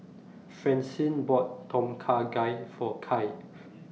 Francine bought Tom Kha Gai For Kai